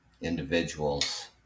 individuals